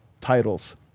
titles